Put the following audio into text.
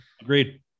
Agreed